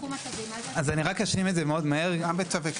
אני אנסה להשלים את מה שאני